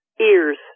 ears